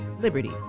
liberty